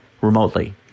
remotely